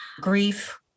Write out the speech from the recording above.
Grief